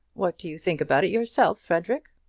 what do you think about it yourself, frederic?